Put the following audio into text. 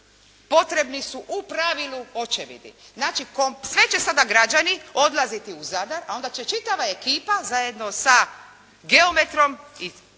potrebni su u pravilu očevidi. Znači sve će sada građani odlaziti u Zadar a onda će čitava ekipa zajedno sa geometrom i